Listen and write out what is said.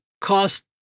cost